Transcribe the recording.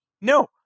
no